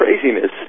craziness